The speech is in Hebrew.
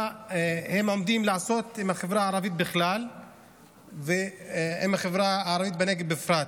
מה הם עומדים לעשות עם החברה הערבית בכלל ועם החברה הערבית בנגב בפרט?